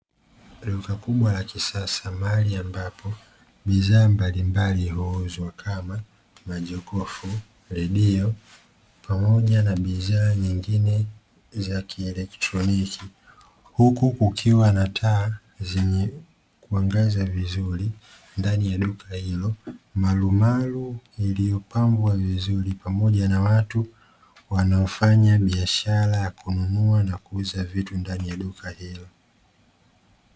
Duka kubwa la kisasa mahali ambapo bidhaa mbalimbali huuzwa kama majokofu, redio pamoja na bidhaa nyingine za kielektroniki. Huku kukiwa na taa zenye mwangaza mzuri ndani ya duka hilo, marumaru iliyopangwa vizuri, pamoja na watu wanaofanya biashara ya kununua na kuuza vitu ndani ya duka hilo.